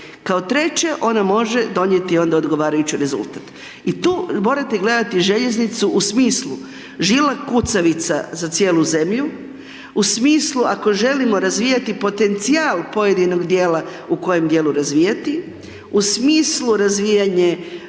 kao treće ona može donijeti onda odgovarajući rezultat. I tu morate gledati željeznicu u smislu žila kucavica za cijelu zemlju, u smislu ako želimo razvijati potencijal pojedinog dijela u kojem dijelu razvijati, u smislu razvijanje